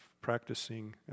practicing